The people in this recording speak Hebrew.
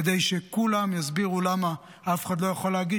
כדי שכולם יסבירו למה אף אחד לא יכול להגיד